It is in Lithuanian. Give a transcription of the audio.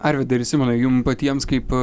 arvydai ir simonai jum patiems kaip